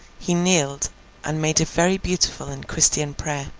he kneeled and made a very beautiful and christian prayer.